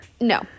no